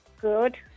Good